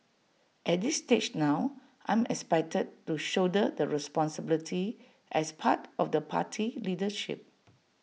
at this stage now I'm expected to shoulder the responsibility as part of the party leadership